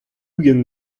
ugent